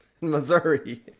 missouri